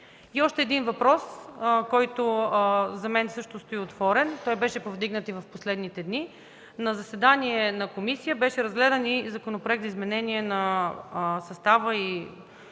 Още един въпрос, който за мен също стои отворен, той беше повдигнат и в последните дни. На заседание на комисията беше разгледан Законопроектът за изменение на състава и